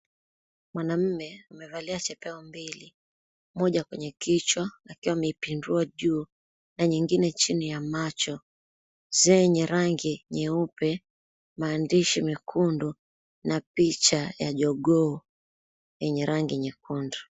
Mwanaume amevalia chepeo mbili moja kwenye kichwa akiwa ameipinduwa juu na nyingine chini ya macho zenye rangi nyeupe, maandishi mekundu na picha ya jogoo yenye rangi nyekundu.